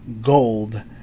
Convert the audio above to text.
gold